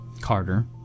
Carter